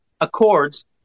Accords